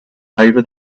over